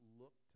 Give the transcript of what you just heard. look